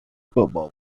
football